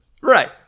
Right